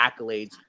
accolades